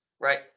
right